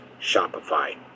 Shopify